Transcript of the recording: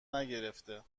نگرفته